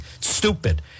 Stupid